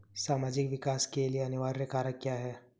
सामाजिक विकास के लिए अनिवार्य कारक क्या है?